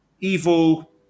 Evil